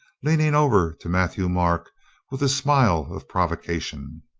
leaning over to matthieu-marc with a smile of provocation.